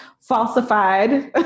falsified